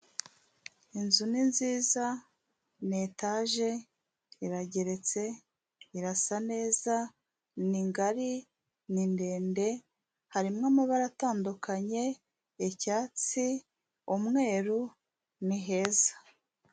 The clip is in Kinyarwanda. Inzu ni nziza, ni etaje, irageretse, irasa neza, ni ngari, ni ndende, harimo amabara atandukanye: icyatsi, umweru, ni heza.